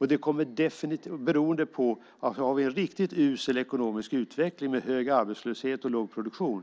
Har vi en riktigt usel ekonomisk utveckling med hög arbetslöshet och låg produktion